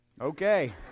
Okay